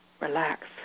Relax